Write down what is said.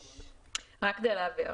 אדוני.